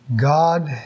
God